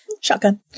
shotgun